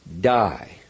die